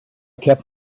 kept